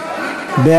נתקבל.